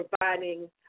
providing